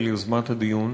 על יזמת הדיון.